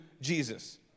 Jesus